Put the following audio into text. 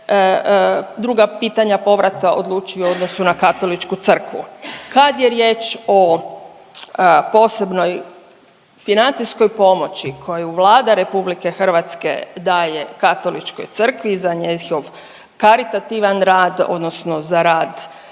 druga pitanja povrata, odlučuju u odnosu na Katoličku crkvu. Kad je riječ o posebnoj financijskoj pomoći koju Vlada RH daje Katoličkoj crkvi za njegov karitativan rad odnosno za rad za